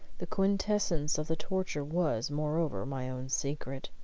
the quintessence of the torture was, moreover, my own secret.